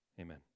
Amen